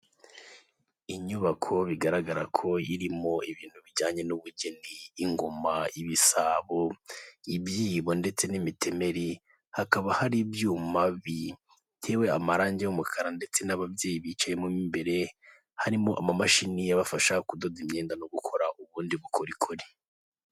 Inyubako bigaragara ko irimo ibintu bijyanye n'ubugeni ingoma, ibisabo, ibyibo ndetse n'imitemeri, hakaba hari ibyuma bitewe amarangi y'umukara ndetse n'ababyeyi bicayemo imbere, harimo amamashini abafasha kudoda imyenda no gukora ubundi bukorikori.